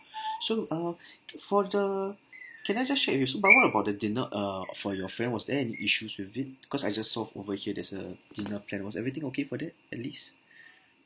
so uh for the can I just check with you but what about the dinner err for your friend was there any issues with it cause I just saw over here there's a dinner plan was everything okay for that at least